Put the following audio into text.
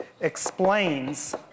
explains